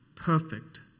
perfect